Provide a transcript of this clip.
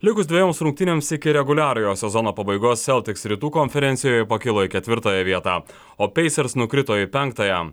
likus dvejoms rungtynėms iki reguliariojo sezono pabaigos seltiks rytų konferencijoje pakilo į ketvirtąją vietą o peisers nukrito į penktąją